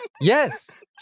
Yes